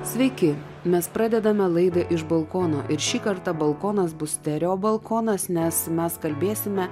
sveiki mes pradedame laidą iš balkono ir šį kartą balkonas bus sterio balkonas nes mes kalbėsime